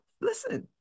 Listen